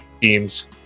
teams